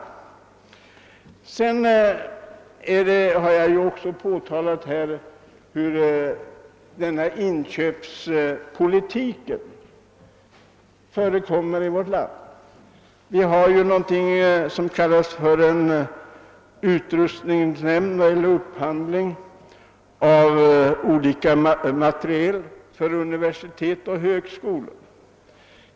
Jag har också påtalat inköpspolitiken i vårt land. Vi har upphandling av olika materiel för universitet och högskolor.